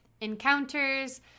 encounters